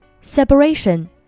Separation